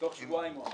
תוך שבועיים הוא אמר.